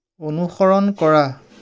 অনুসৰণ কৰা